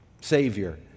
Savior